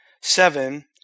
Seven